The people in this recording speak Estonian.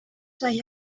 sai